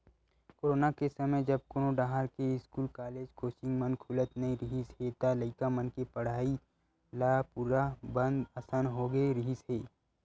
corona के समे जब कोनो डाहर के इस्कूल, कॉलेज, कोचिंग मन खुलत नइ रिहिस हे त लइका मन के पड़हई ल पूरा बंद असन होगे रिहिस हे